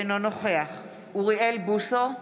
אינו נוכח אוריאל בוסו,